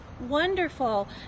Wonderful